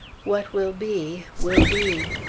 what will be, will be.